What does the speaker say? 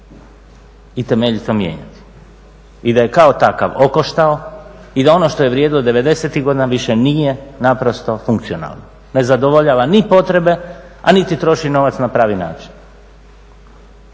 i temeljito mijenjati i da je kao takav okoštao i da ono što je vrijedilo '90.-ih godina više nije naprosto funkcionalno, ne zadovoljava ni potrebe, a niti troši novac na pravi način.